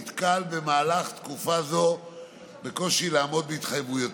נתקל במהלך תקופה זו בקושי לעמוד בהתחייבויותיו.